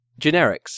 generics